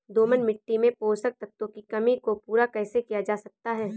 दोमट मिट्टी में पोषक तत्वों की कमी को पूरा कैसे किया जा सकता है?